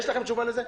יש לכם תשובה לזה?